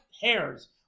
hairs